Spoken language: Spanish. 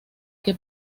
que